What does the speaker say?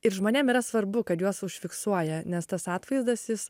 ir žmonėm yra svarbu kad juos užfiksuoja nes tas atvaizdas jis